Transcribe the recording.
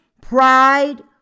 pride